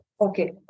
Okay